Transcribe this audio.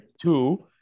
two